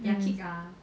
um